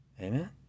Amen